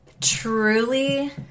truly